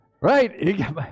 Right